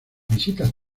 visitas